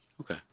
Okay